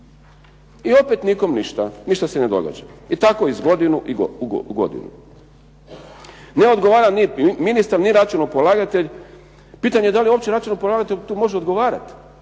i opet nikom ništa, ništa se ne događa i tako iz godine u godinu. Ne odgovara ni ministar, ni računopolagatelj. Pitanje da li uopće računopolagatelj tu može odgovarati